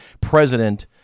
president